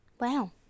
Wow